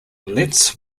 lets